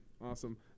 Awesome